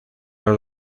los